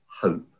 hope